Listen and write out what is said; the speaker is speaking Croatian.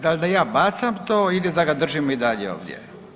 Da li da ja bacam to ili da ga držimo i dalje ovdje?